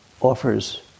offers